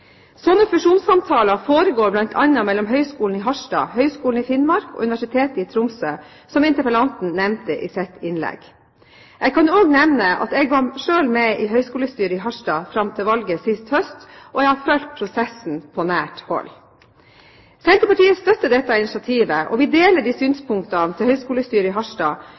Sånne fusjonssamtaler foregår bl.a. mellom Høgskolen i Harstad, Høgskolen i Finnmark og Universitetet i Tromsø, som interpellanten nevnte i sitt innlegg. Jeg kan også nevne at jeg var selv med i høyskolestyret i Harstad fram til valget sist høst, og jeg har fulgt prosessen på nært hold. Senterpartiet støtter dette initiativet, og vi deler synspunktene til høyskolestyret i Harstad